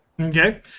Okay